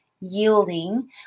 yielding